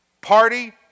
party